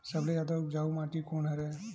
सबले जादा उपजाऊ माटी कोन हरे?